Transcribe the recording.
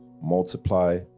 Multiply